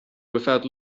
without